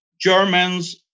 Germans